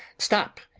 stop!